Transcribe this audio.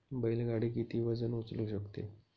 बैल गाडी किती वजन उचलू शकते?